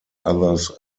others